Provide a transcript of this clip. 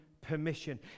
permission